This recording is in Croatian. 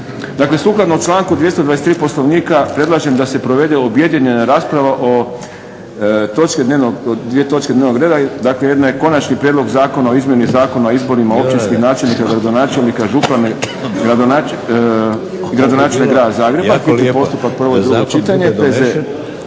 Dakle sukladno članku 229. Poslovnika predlažem da se provede objedinjena rasprava o dvije točke dnevnog reda. Dakle, jedna je 6. Konačni prijedlog Zakona o izmjeni Zakona o izborima općinskih načelnika, gradonačelnika, župana i gradonačelnika Grada Zagreba, hitni postupak, prvo i drugo čitanje,